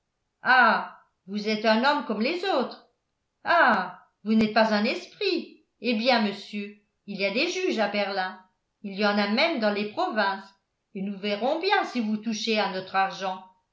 ah vous êtes un homme comme les autres ah vous n'êtes pas un esprit eh bien monsieur il y a des juges à berlin il y en a même dans les provinces et nous verrons bien si vous touchez à notre argent